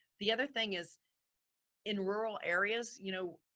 the other thing is in rural areas, you know,